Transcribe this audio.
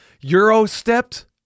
Euro-stepped